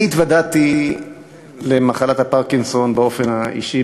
אני התוודעתי למחלת הפרקינסון באופן האישי